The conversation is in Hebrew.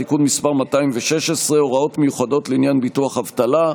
תיקון מס' 216) (הוראות מיוחדות לעניין ביטוח אבטלה),